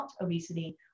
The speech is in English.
obesity